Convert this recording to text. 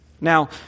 Now